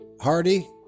Hardy